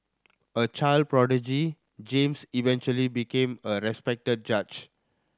a child prodigy James eventually became a respected judge